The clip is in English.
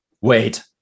wait